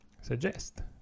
suggest